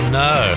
no